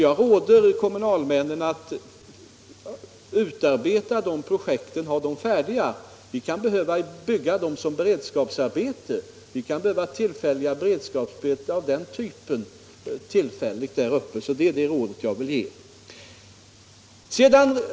Jag råder kommunalmännen att ha sådana projekt färdiga, för de kan behövas som beredskapsarbeten. Vi kan komma att behöva tillfälliga beredskapsarbeten av den typen där uppe.